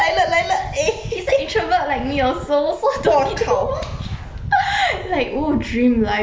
he's a introvert like me also so don't need do much like ooh dream life yo